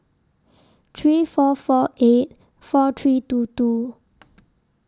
three four four eight four three two two